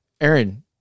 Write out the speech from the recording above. Aaron